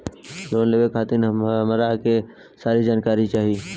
Loan लेवे खातीर हमरा के सारी जानकारी चाही?